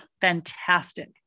fantastic